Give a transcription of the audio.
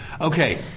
Okay